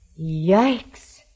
Yikes